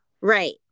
Right